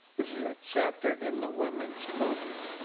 this is a chapter in the womens movement.